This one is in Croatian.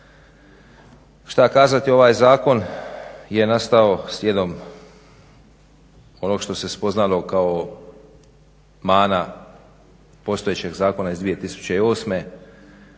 Šta kazati? Ovaj zakon je nastao slijedom onog što se spoznalo kao mana postojećeg zakona iz 2008.